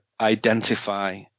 identify